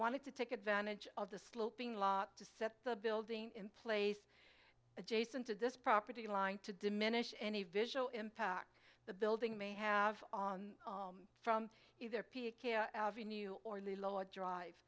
wanted to take advantage of the sloping lot to set the building in place adjacent to this property line to diminish any visual impact the building may have on from either p a new or in the lower drive